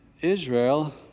Israel